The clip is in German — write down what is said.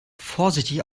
vorsichtig